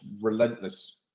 relentless